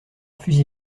fusil